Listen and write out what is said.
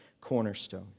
cornerstone